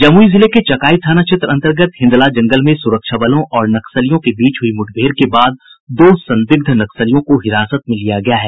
जमुई जिले के चकाई थाना क्षेत्र अंतर्गत हिंदला जंगल में सुरक्षा बलों और नक्सलियों के बीच हुयी मुठभेड़ के बाद दो संदिग्ध नक्सलियों को हिरासत में लिया गया है